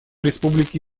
республики